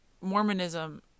Mormonism